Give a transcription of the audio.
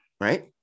Right